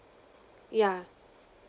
yeah